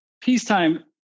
peacetime